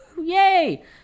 yay